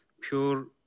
pure